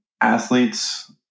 athletes